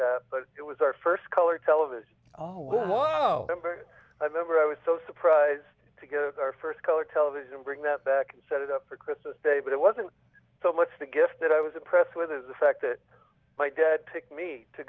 that but it was our first color television oh wow imber i remember i was so surprised to get our first color television bring that back and set it up for christmas day but it wasn't so much the gift that i was impressed with the fact that my dad took me to